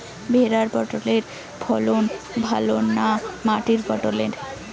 ভেরার পটলের ফলন ভালো না মাটির পটলের?